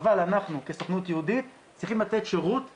אבל אנחנו כסוכנות יהודית צריכים לתת שירות יעיל,